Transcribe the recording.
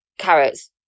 carrots